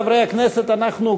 חברי הכנסת: אנחנו,